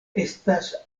estas